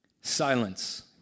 silence